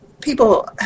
people